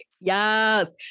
Yes